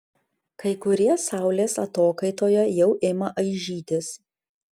kai kurie saulės atokaitoje jau ima aižytis